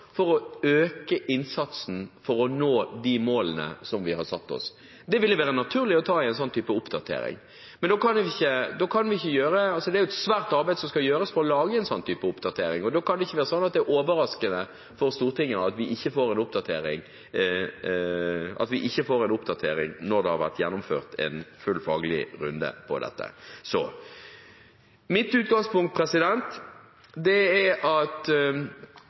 har satt oss. Det ville være naturlig å ta i en sånn type oppdatering. Det er et svært arbeid som skal gjøres for å lage en sånn type oppdatering. Da kan det ikke være slik at det er overraskende for Stortinget at vi ikke får en oppdatering, når det har vært gjennomført en full faglig runde om dette. Jeg ville tro at statsråden var interessert i å ta opp arven etter Børge Brende, for hele forvaltningsplanregimet er